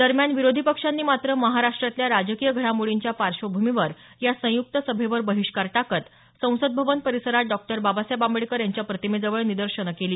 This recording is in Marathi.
दरम्यान विरोधी पक्षांनी मात्र महाराष्ट्रातल्या राजकीय घडामोडींच्या पार्श्वभूमीवर या संयुक्त सभेवर बहिष्कार टाकत संसद भवन परिसरात डॉ बाबासाहेब आंबेडकर यांच्या प्रतिमेजवळ निदर्शनं केली